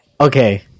okay